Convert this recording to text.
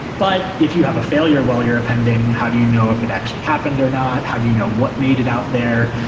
but if you have a failure while you're appending, how do you know if it actually happened or not? how do you know what made it out there?